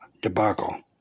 debacle